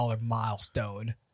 milestone